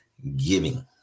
giving